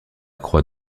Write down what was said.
croix